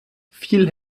viel